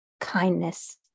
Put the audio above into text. kindness